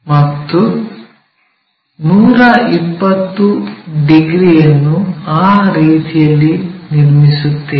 ಮತ್ತು 120 ಡಿಗ್ರಿ ರೇಖೆಯನ್ನು ಆ ರೀತಿಯಲ್ಲಿ ನಿರ್ಮಿಸುತ್ತೇವೆ